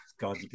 God